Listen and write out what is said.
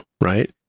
right